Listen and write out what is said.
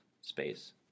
space